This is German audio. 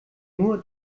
nur